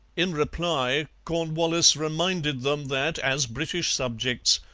in reply cornwallis reminded them that, as british subjects,